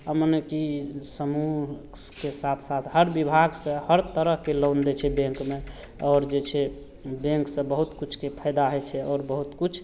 आओर मने कि समूहके साथ साथ हर विभागसे हर तरहके लोन दै छै बैँकमे आओर जे छै बैँकसे बहुत किछुके फायदा होइ छै आओर बहुत किछु